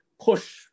push